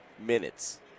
Minutes